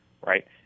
right